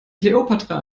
kleopatra